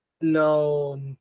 no